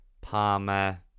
Palmer